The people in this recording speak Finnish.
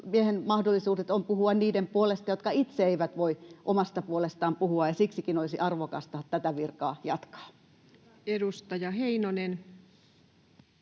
on mahdollisuudet puhua niiden puolesta, jotka itse eivät voi omasta puolestaan puhua, ja siksikin olisi arvokasta tätä virkaa jatkaa. [Speech